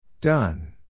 Done